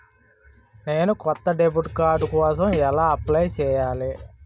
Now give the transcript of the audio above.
నేను కొత్త debit card కోసం ఎలా అప్లయ్ చేయాలి?